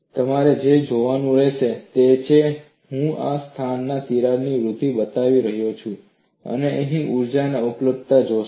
તેથી તમારે જે જોવાનું રહેશે તે છે હું આ સ્થાનમાં તિરાડની વૃદ્ધિ બતાવી રહ્યો છું અને તમે અહીં ઊર્જાની ઉપલબ્ધતા જોશો